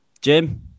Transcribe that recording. Jim